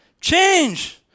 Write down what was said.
change